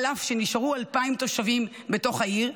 אף שנשארו 2,000 תושבים בתוך העיר,